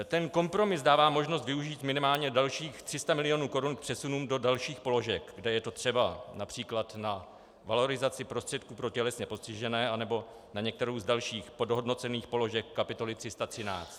Ten kompromis dává možnost využít minimálně dalších 300 mil. korun k přesunům do dalších položek, kde je to třeba, například na valorizaci prostředků pro tělesně postižené nebo na některou z dalších podhodnocených položek kapitoly 313.